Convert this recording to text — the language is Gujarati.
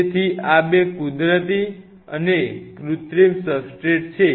તેથી આ બે કુદરતી અને કૃત્રિમ સબસ્ટ્રેટ છે